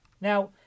Now